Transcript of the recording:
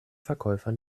verkäufer